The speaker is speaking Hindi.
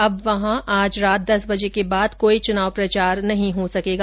अब वहां आज रात दस बजे के बाद कोई चुनाव प्रचार नहीं कर सकेगा